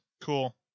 cool